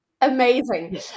amazing